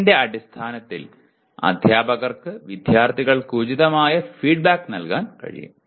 അതിന്റെ അടിസ്ഥാനത്തിൽ അധ്യാപകർക്ക് വിദ്യാർത്ഥികൾക്ക് ഉചിതമായ ഫീഡ്ബാക്ക് നൽകാൻ കഴിയും